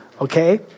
Okay